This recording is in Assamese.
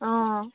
অঁ